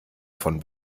von